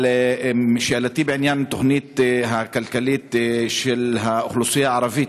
אבל שאלתי היא בעניין התוכנית הכלכלית של האוכלוסייה הערבית,